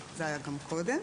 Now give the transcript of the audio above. זה היה גם קודם,